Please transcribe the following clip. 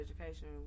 education